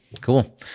Cool